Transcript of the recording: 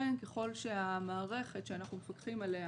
ולכן ככל שהמערכת שאנחנו מפתחים עליה